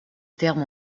terme